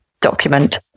document